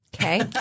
okay